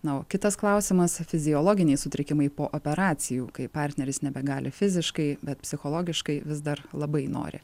na o kitas klausimas fiziologiniai sutrikimai po operacijų kai partneris nebegali fiziškai bet psichologiškai vis dar labai nori